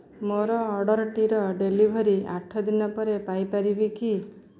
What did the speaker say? ମୋର ଅର୍ଡ଼ର୍ଟିର ଡେଲିଭରି ଆଠ ଦିନ ପରେ ପାଇପାରିବି କି